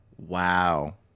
Wow